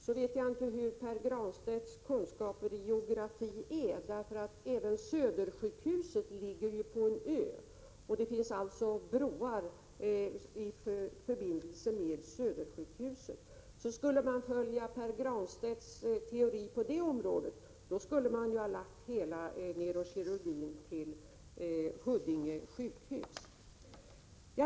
Jag vet inte hur Pär Granstedts kunskaper i geografi är, för även Södersjukhuset ligger på en ö. Det finns alltså broar i förbindelse även med Södersjukhuset. Skulle man följa Pär Granstedts teori på det området skulle man ha förlagt hela neurokirurgin till Huddinge sjukhus.